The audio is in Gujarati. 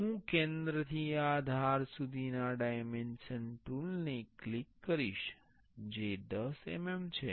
હું કેન્દ્રથી આ ધાર સુધીના ડાયમેન્શન ટૂલ ને ક્લિક કરીશ જે 10 mm છે